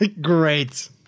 Great